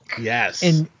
Yes